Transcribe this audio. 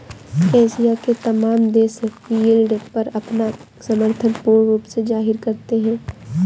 Asia के तमाम देश यील्ड पर अपना समर्थन पूर्ण रूप से जाहिर करते हैं